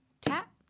tap